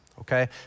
Okay